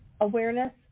awareness